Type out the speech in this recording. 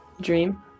Dream